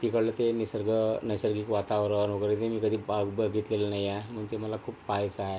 तिकडलं ते निसर्ग नैसर्गिक वातावरण वगैरे हे मी कधी पाअ बघितलेलं नाही आहे म्हणून ते मला खूप पाहायचं आहे